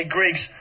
Griggs